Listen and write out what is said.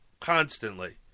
constantly